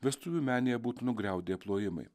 vestuvių menėje būtų nugriaudėję plojimai